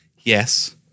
yes